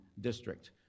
district